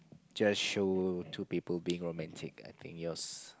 just show two people being romantic I think yours